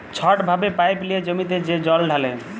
ছট ভাবে পাইপ লিঁয়ে জমিতে যে জল ঢালে